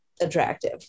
attractive